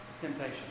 Temptation